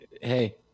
hey